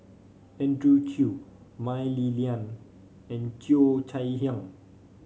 Andrew Chew Mah Li Lian and Cheo Chai Hiang